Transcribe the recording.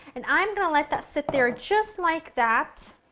and i'm going to let that sit there just like that.